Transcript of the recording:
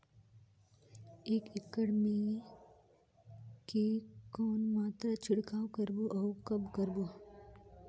एक एकड़ मे के कौन मात्रा छिड़काव करबो अउ कब करबो?